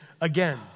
again